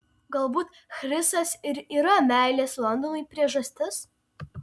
galbūt chrisas ir yra meilės londonui priežastis